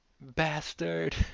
Bastard